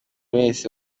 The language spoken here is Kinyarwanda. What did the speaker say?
wese